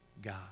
God